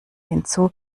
hinzu